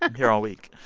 here all week.